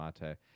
mate